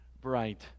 bright